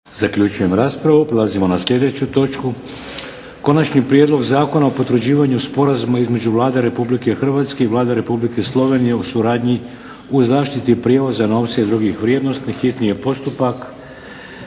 Vladimir (HDZ)** Prelazimo na sljedeću točku –- Konačni prijedlog Zakona o potvrđivanju Sporazuma između Vlade Republike Hrvatske i Vlade Republike Slovenije o suradnji u zaštiti prijevoza novca i drugih vrijednosti, hitni postupak,